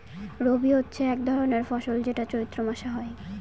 রবি হচ্ছে এক রকমের ফসল যেটা চৈত্র মাসে হয়